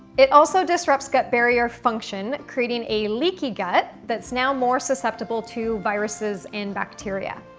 it also disrupts gut barrier function, creating a leaky gut that's now more susceptible to viruses and bacteria.